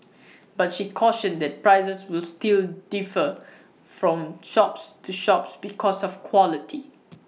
but she cautioned that prices will still defer from shops to shops because of quality